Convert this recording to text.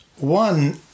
one